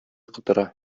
котыра